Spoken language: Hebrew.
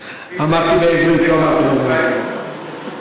אמרתי בעברית, לא אמרתי במרוקאית.